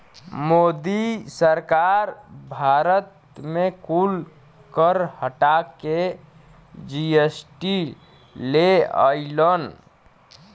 मोदी सरकार भारत मे कुल कर हटा के जी.एस.टी ले अइलन